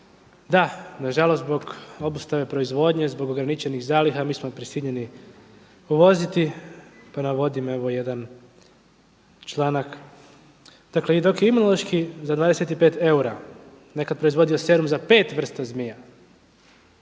Da na žalost zbog obustave proizvodnje, zbog ograničenih zaliha mi smo prisiljeni uvoziti, pa navodim evo jedan članak. Dakle i dok je Imunološki za 25 eura nekad proizvodio serum za pet vrsta zmija.